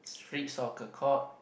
street soccer court